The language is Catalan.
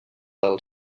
del